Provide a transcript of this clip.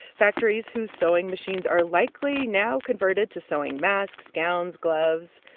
factories whose sewing machines are likely now converted to sewing masks, gowns, gloves.